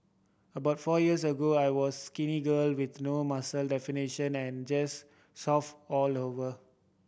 about four years ago I was skinny girl with no muscle definition and just soft all over